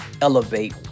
elevate